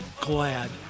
glad